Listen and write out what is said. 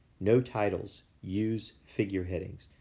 no titles, use figure headings.